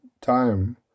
time